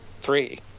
Three